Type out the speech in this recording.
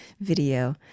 video